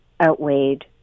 outweighed